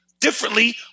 differently